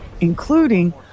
including